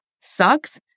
sucks